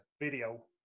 video